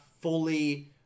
fully